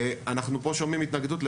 ואנחנו שומעים פה התנגדות.